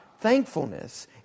thankfulness